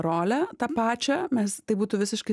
rolę tą pačią mes tai būtų visiškai